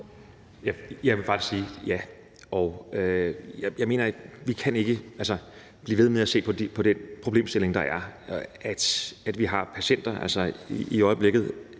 Jeg vil bare sige ja. Vi kan ikke blive ved med at se på den problemstilling, der er med, at vi har patienter – i øjeblikket